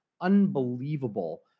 Unbelievable